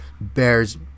bears